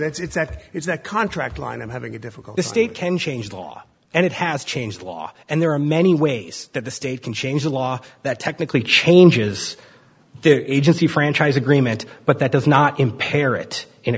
that it's that it's that contract line i'm having a difficult estate can change the law and it has changed the law and there are many ways that the state can change the law that technically changes their agency franchise agreement but that does not impair it in a